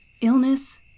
Illness